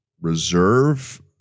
Reserve